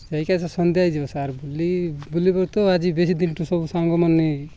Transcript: ଯାଇକି ଆସିବା ସନ୍ଧ୍ୟା ହୋଇଇଯିବ ସାର୍ ବୁଲି ବୁଲିବାରୁ ତ ଆଜି ବେଶୀ ଦିନଠୁ ସବୁ ସାଙ୍ଗମାନେ